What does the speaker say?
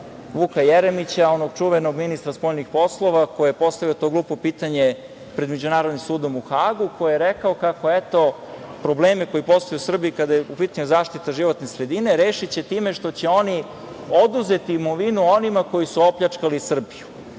Vuka Jeremića, onog čuvenog ministra spoljnih poslova, koji je postavio to glupo pitanje pred Međunarodnim sudom u Hagu, koji je rekao kako eto, problemi koji postoje u Srbiji kada je u pitanju zaštita životne sredine, rešiće time što će oni oduzeti imovinu onima koji su opljačkali Srbiju.